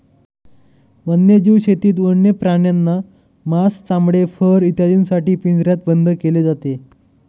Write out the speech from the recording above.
वन्यजीव शेतीत वन्य प्राण्यांना मांस, चामडे, फर इत्यादींसाठी पिंजऱ्यात बंद केले जाते